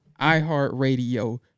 iHeartRadio